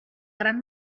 gran